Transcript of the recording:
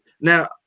Now